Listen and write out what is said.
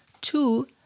Two